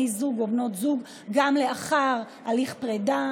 זוג או על בנות זוג גם לאחר הליך פרידה,